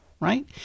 right